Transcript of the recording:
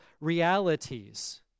realities